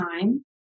time